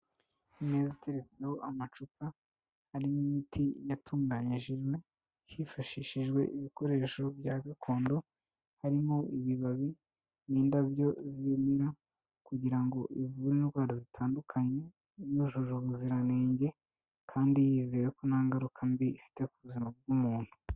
Imeza iteretseho amacupa arimo imiti, yatunganyijwe hifashishijwe ibikoresho bya gakondo, harimo ibibabi n'indabyo z'ibimera kugira ngo ivure indwara zitandukanye, yujuje ubuziranenge kandi yizewe ko nta ngaruka mbi ifite ku buzima bw'umuntu.